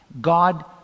God